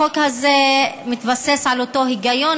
החוק הזה מתבסס על אותו היגיון,